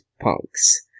punks